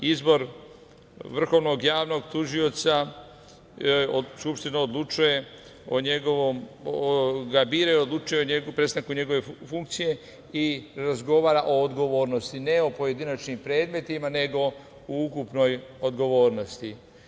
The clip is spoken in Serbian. Izbor vrhovnog javnog tužioca, Skupština ga bira i odlučuje o prestanku njegove funkcije i razgovara o odgovornosti, ne o pojedinačnim predmetima, nego o ukupnoj odgovornosti.